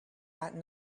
that